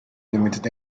limited